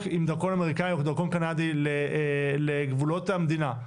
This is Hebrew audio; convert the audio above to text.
עם דרכון אמריקאי או דרכון קנדי לגבולות המדינה,